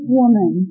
woman